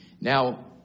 Now